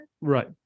Right